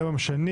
היום יום שני,